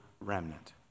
remnant